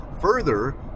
Further